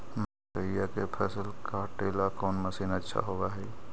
मकइया के फसल काटेला कौन मशीन अच्छा होव हई?